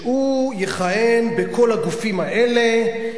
שהוא יכהן בכל הגופים האלה,